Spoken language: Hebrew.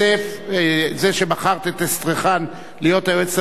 זה שבחרת את אסטרחן להיות היועצת המשפטית של